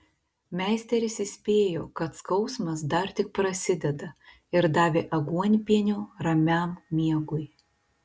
meisteris įspėjo kad skausmas dar tik prasideda ir davė aguonpienio ramiam miegui